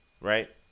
right